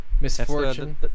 Misfortune